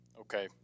Okay